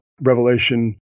Revelation